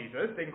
Jesus